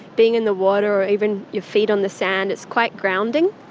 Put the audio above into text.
being in the water or even your feet on the sand, it's quite grounding.